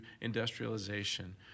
industrialization